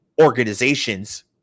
organizations